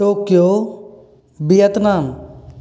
Tokyo Vietnam